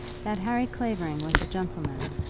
that harry clavering was a gentleman,